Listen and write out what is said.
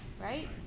right